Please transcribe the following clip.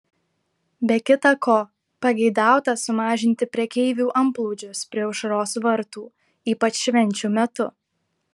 be kita ko pageidauta sumažinti prekeivių antplūdžius prie aušros vartų ypač švenčių metu